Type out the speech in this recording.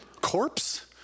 Corpse